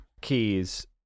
keys